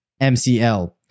MCL